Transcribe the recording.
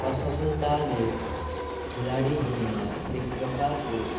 असफलताले खेलाडीहरूमा एकप्रकारको